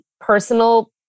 personal